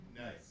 Nice